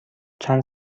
چند